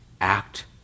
act